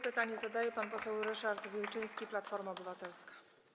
Pytanie zadaje pan poseł Ryszard Wilczyński, Platforma Obywatelska.